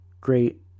great